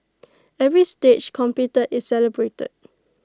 every stage completed is celebrated